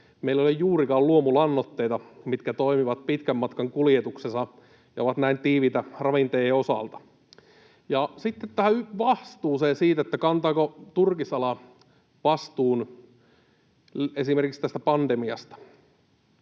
Meillä ei ole juurikaan luomulannoitteita, mitkä toimivat pitkän matkan kuljetuksessa ja ovat näin tiiviitä ravinteiden osalta. Sitten tähän vastuuseen, että kantaako turkisala vastuun esimerkiksi tästä pandemiasta: